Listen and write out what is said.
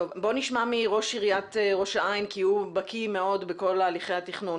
נשמע את ראש עיריית ראש העין כי הוא בקי בכל הליכי התכנון.